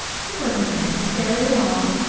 it wasn't necessary at all.